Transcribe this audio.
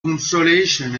consolation